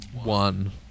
One